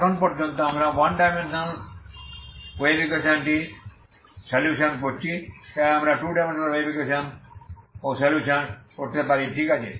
এখন পর্যন্ত আমরা 1 ডাইমেনশনাল ওয়েভ ইকুয়েশন টি সলিউশন করছি তাই আমরা 2 ডাইমেনশনাল ওয়েভ ইকুয়েশন ও সলিউশন করতে পারি ঠিক আছে